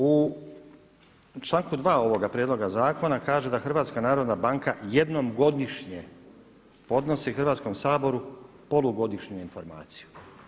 U članku 2. ovoga prijedloga zakona kaže da HNB jednom godišnje podnosi Hrvatskom saboru polugodišnju informaciju.